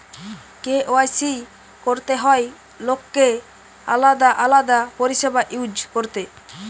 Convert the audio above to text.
KYC করতে হয় লোককে আলাদা আলাদা পরিষেবা ইউজ করতে